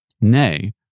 Nay